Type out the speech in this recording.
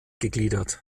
gegliedert